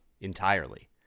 entirely